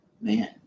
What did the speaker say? Man